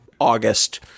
August